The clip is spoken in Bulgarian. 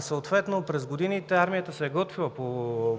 Съответно през годините армията се е готвила по